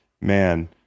man